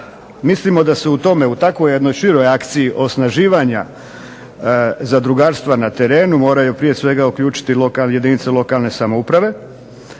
mislimo da se u tome, u takvoj jednoj široj akciji osnaživanja zadrugarstva na terenu moraju prije svega uključiti jedinice lokalne samouprave,